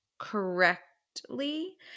Correctly